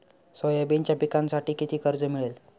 सोयाबीनच्या पिकांसाठी किती कर्ज मिळेल?